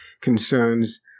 concerns